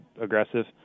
aggressive